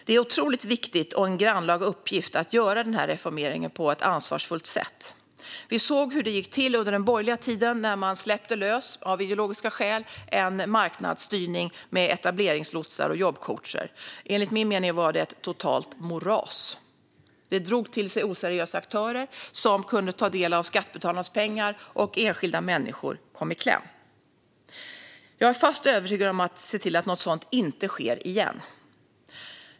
Det är otroligt viktigt och en grannlaga uppgift att göra denna reformering på ett ansvarsfullt sätt. Vi såg hur det gick till under den borgerliga tiden, när man av ideologiska skäl släppte lös en marknadsstyrning med etableringslotsar och jobbcoacher. Enligt min mening var det ett totalt moras. Det drog till sig oseriösa aktörer som kunde ta del av skattebetalarnas pengar, och enskilda människor kom i kläm. Jag är fast besluten att se till att något sådant inte sker igen.